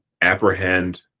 apprehend